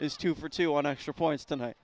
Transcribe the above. is two for two on extra points tonight